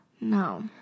No